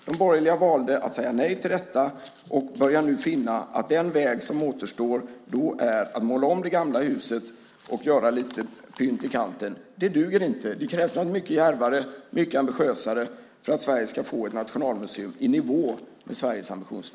De borgerliga valde att säga nej till detta, och de börjar nu finna att den väg som då återstår är att måla om det gamla huset och göra lite pynt i kanten. Det duger inte. Det krävs något mycket djärvare och mycket ambitiösare för att Sverige ska få ett nationalmuseum i nivå med sina ambitioner.